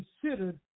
considered